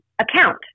account